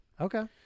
Okay